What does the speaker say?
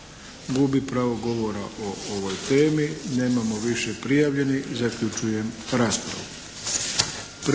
Gubi pravo govora o ovoj temi. Nemamo više prijavljenih. Zaključujem raspravu.